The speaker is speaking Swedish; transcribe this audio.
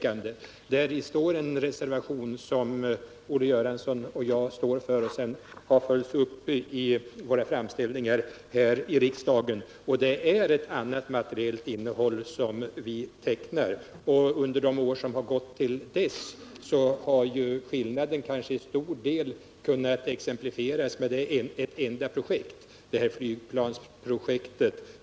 I den finns en reservation som Olle Göransson och jag står för och som har följts upp i våra framställningar här i riksdagen, och det materiella innehåll som vi där beskriver är ett annat än det som förordas från borgerligt håll. Åsiktsskillnaden kan kanske också till stor del exemplifieras med det flygplansprojekt som varit aktuellt under den tid som gått sedan vi avgav vår reservation.